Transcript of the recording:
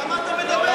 כמה אתה מדבר?